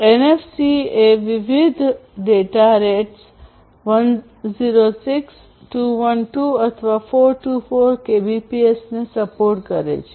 એનએફસીએ વિવિધ data rates 106 212 અથવા 424 કેબીપીએસને સપોર્ટ કરે છે